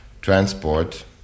transport